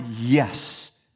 Yes